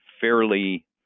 fairly